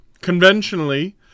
conventionally